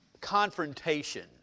confrontation